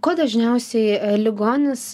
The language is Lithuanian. ko dažniausiai ligonis